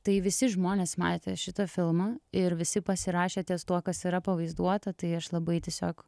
tai visi žmonės matė šitą filmą ir visi pasirašė ties tuo kas yra pavaizduota tai aš labai tiesiog